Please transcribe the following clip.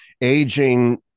aging